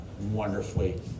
wonderfully